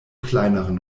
kleineren